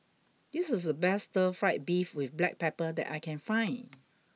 this is the best Stir Fried Beef with Black Pepper that I can find